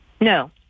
No